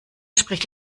spricht